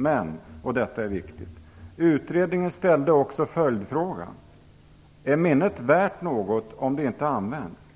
Men - och detta är viktigt - utredningen ställde också följdfrågan: Är minnet värt något om det inte används?